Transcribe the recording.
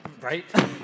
Right